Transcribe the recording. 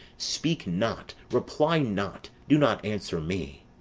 speak not, reply not, do not answer me!